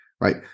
right